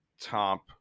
top